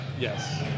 Yes